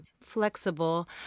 Flexible